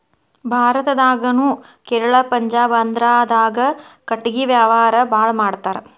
ಭಾರತದಾಗುನು ಕೇರಳಾ ಪಂಜಾಬ ಆಂದ್ರಾದಾಗ ಕಟಗಿ ವ್ಯಾವಾರಾ ಬಾಳ ಮಾಡತಾರ